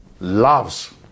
loves